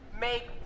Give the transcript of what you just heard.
make